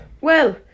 Well